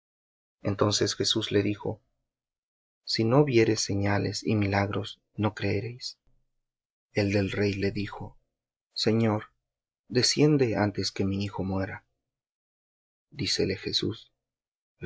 entonces jesús le dijo si no viereis señales y milagros no creeréis el del rey le dijo señor desciende antes que mi hijo muera dícele jesús